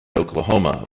oklahoma